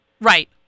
Right